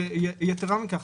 יתרה מכך,